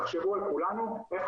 תחשבו על כולנו או מרביתנו,